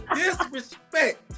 disrespect